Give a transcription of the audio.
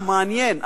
היא מעניינת.